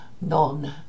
non